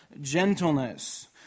gentleness